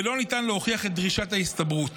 ולא ניתן להוכיח את דרישת ההסתברות.